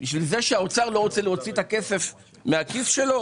בשביל זה שהאוצר לא רוצה להוציא את הכסף מהכיס שלו?